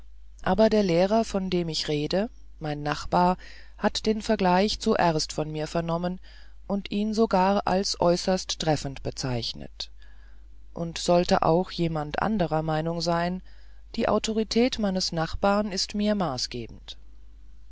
aber der lehrer von dem ich rede mein nachbar hat den vergleich zuerst von mir vernommen und ihn sogar als äußerst treffend bezeichnet und sollte auch jemand anderer meinung sein die autorität meines nachbars ist mir maßgebend